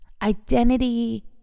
Identity